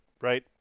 right